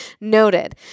Noted